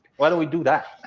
why don't we do that?